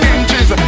Inches